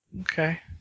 Okay